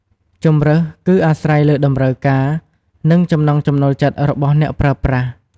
ជម្រើសគឺអាស្រ័យលើតម្រូវការ និងចំណង់ចំណូលចិត្តរបស់អ្នកប្រើប្រាស់។